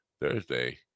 thursday